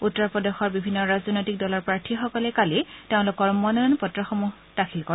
উত্তৰ প্ৰদেশৰ বিভিন্ন ৰাজনৈতিক দলৰ প্ৰাৰ্থীসকলে কালি তেওঁলোকৰ মনোনয়ন পত্ৰ দাখিল কৰে